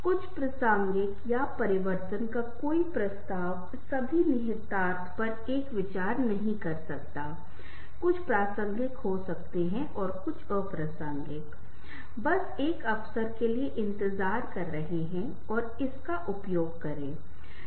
हमारे दोस्त बहुत मायने रखते हैं जरूरत में जो दोस्त काम आता है वही सच्चा दोस्त है कई बार शायद हमारे माता पिता या हमारे परिवार के सदस्य कुछ खास चीजों के लिए मदद नहीं करते हैं लेकिन हमारे करीबी दोस्त करते हैं